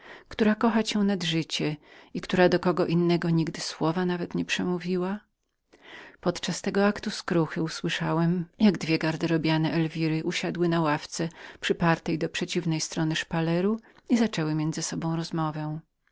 która kocha cię nad życie i zapewne do kogo innego słowa nawet nie przemówiła podczas tego gwałtownego monologu usłyszałem jak dwie garderobiane elwiry usiadły na ławce przypartej do przeciwnej strony altany w której siedziałem i zaczęły między sobą